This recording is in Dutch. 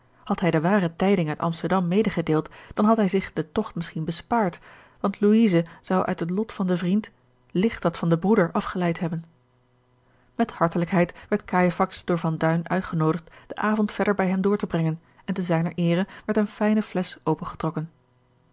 had hij de ware tijding uit amsterdam medegedeeld dan had hij zich den togt misschien bespaard want louise zou uit het lot van den vriend ligt dat van den broeder afgeleid hebben met hartelijkheid werd cajefax door van duin uitgenoodigd den avond verder bij hem door te brengen en te zijner eere werd eene fijne flesch opengetrokken